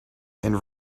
and